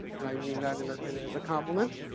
and i mean that as a compliment.